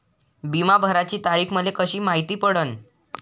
बिमा भराची तारीख मले कशी मायती पडन?